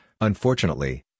Unfortunately